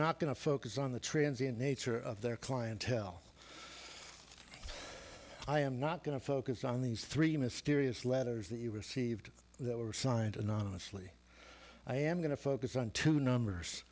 not going to focus on the trends in nature of their clientele i am not going to focus on these three mysterious letters that you received that were signed anonymously i am going to focus on two numbers